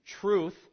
Truth